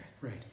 Right